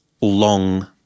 long